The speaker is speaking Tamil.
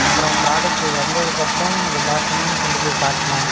அப்புறம் ப்ராடெக்ட் வந்ததுக்கு அப்புறம் எல்லாருகிட்டுமே கொண்டு போய் காட்டினேன்